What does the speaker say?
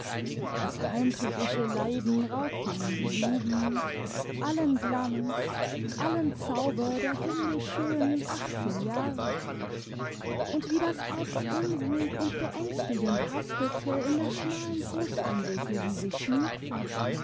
das heimtückische leiden raubte ihm die jugend allen glanz allen zauber der himmlisch schönen achtzehn jahre und wie das herz unruhig und beängstigend hastete in der schmalen brust an welche sie sich schmiegte